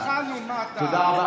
רק שנייה, רק התחלנו, מה אתה, תודה רבה.